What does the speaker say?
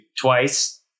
twice